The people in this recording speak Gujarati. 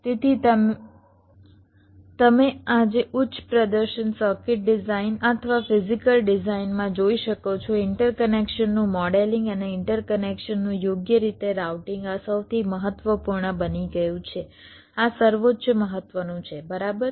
તેથી જેમ તમે આજે ઉચ્ચ પ્રદર્શન સર્કિટ ડિઝાઇન અથવા ફિઝિકલ ડિઝાઇનમાં જોઈ શકો છો ઇન્ટરકનેક્શનનું મોડેલિંગ અને ઇન્ટરકનેક્શનનું યોગ્ય રીતે રાઉટિંગ આ સૌથી મહત્વપૂર્ણ બની ગયું છે આ સર્વોચ્ચ મહત્વનું છે બરાબર